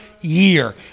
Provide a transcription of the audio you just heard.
year